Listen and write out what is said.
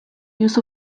use